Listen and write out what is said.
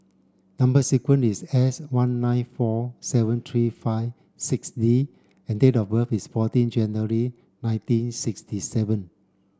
number sequence is S one nine four seven three five six D and date of birth is fourteen January nineteen sixty seven